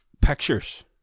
pictures